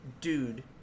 Dude